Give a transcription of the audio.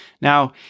Now